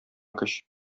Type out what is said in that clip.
көч